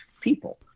people